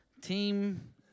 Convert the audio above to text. Team